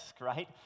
right